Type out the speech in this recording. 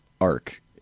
arc